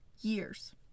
years